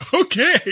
okay